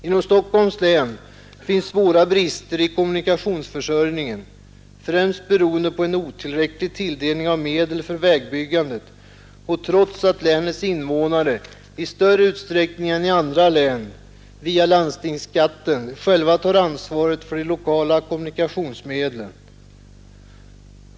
I Stockholms län finns svåra brister i kommunikationsförsörjningen, främst beroende på otillräcklig tilldelning av medel för vägbyggandet och trots att länets invånare i större utsträckning än vad fallet är i andra län via landstingsskatten själva tar ansvaret för de lokala kommunikationsmedlen.